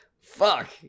fuck